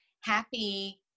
happy